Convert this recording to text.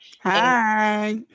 Hi